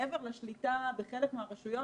מעבר לשליטה בחלק מהרשויות,